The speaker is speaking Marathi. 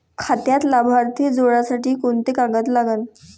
खात्यात लाभार्थी जोडासाठी कोंते कागद लागन?